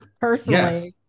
Personally